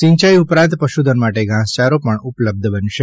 સિંચાઈ ઉપરાંત પશુધન માટે ઘાસચારો પણ ઉપલબ્ધ બનશે